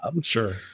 Sure